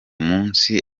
munsi